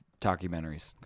Documentaries